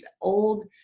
old